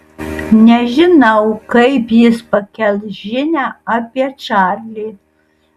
nežinau kaip jis pakels žinią apie čarlį